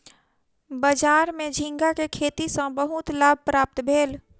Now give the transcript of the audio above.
बजार में झींगा के खेती सॅ बहुत लाभ प्राप्त भेल